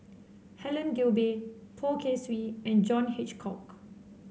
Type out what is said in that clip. Helen Gilbey Poh Kay Swee and John Hitchcock